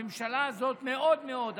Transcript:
הממשלה הזאת מאוד מאוד.